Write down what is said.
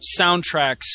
soundtracks